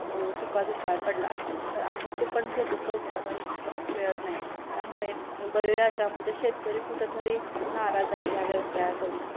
ओ सुका दुष्काळ पडला तर आहे ते पण शेतीतलं उत्पादन मिळत नाही त्यामुळे बळीराजाच्या म्हणजे शेतकरी कुठं तरी नाराज आहे ह्या व्यवसायाकडून